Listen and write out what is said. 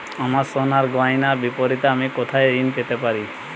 আমার সোনার গয়নার বিপরীতে আমি কোথায় ঋণ পেতে পারি?